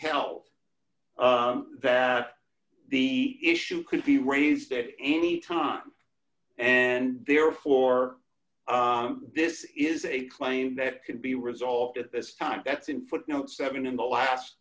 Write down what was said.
held that the issue could be raised at any time and therefore this is a claim that can be resolved at this time that's in footnote seven in the last